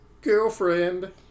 Girlfriend